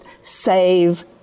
save